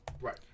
Right